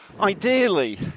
Ideally